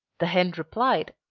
the hen replied,